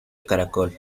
caracol